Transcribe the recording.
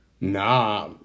Nah